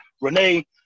Renee